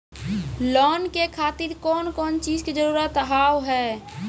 Loan के खातिर कौन कौन चीज के जरूरत हाव है?